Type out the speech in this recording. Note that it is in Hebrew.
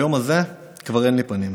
ביום הזה כבר אין לי פנים.